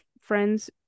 friends